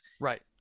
right